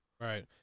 Right